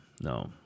no